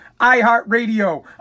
iHeartRadio